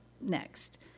next